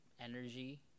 energy